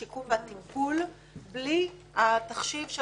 השיקום והטיפול בלי התחשיב של